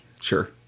sure